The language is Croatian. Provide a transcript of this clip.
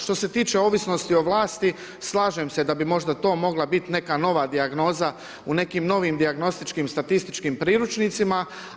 Što se tiče ovisnosti o vlasti slažem se da bi možda to mogla biti neka nova dijagnoza u nekim novim dijagnostičkim i statističkim priručnicima.